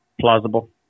plausible